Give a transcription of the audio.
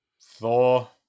Thor